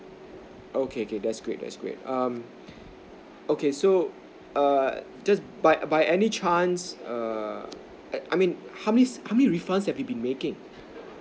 okay okay that's great that's great um okay so err just by by any chance err I I mean how many how many refund that he have been making